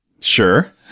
sure